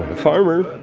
farmer